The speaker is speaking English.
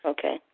Okay